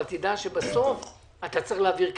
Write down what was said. אבל תדע שבסוף אתה צריך להעביר כסף.